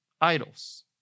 idols